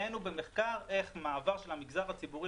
הראינו במחקר איך מעבר של המגזר הציבורי